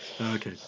Okay